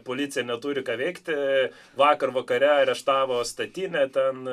policija neturi ką veikti vakar vakare areštavo statinę ten